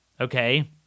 okay